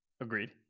Agreed